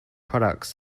products